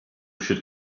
should